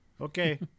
Okay